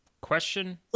question